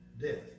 Death